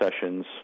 sessions